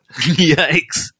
yikes